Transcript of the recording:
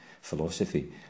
philosophy